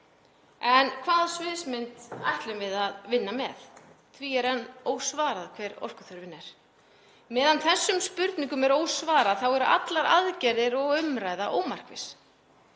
En hvaða sviðsmynd ætlum við að vinna með? Því er enn ósvarað hver orkuþörfin er. Meðan þessum spurningum er ósvarað þá eru allar aðgerðir og umræða ómarkviss.